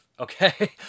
Okay